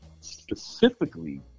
specifically